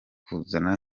kuzana